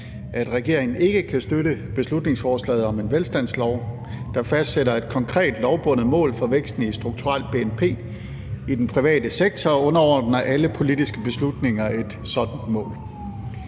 at regeringen ikke kan støtte beslutningsforslaget om en velstandslov, der fastsætter et konkret lovbundet mål for væksten i strukturelt bnp i den private sektor og underordner alle politiske beslutninger et sådant mål.